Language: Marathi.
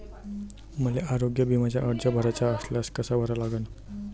मले आरोग्य बिम्याचा अर्ज भराचा असल्यास कसा भरा लागन?